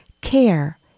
care